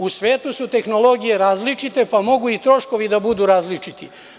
U svetu su tehnologije različite, pa mogu i troškovi da budu različiti.